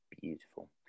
Beautiful